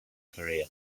career